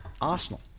Arsenal